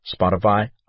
Spotify